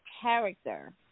character